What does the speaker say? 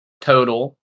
total